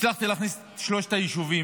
הצלחתי להכניס את שלושת היישובים,